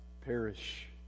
perish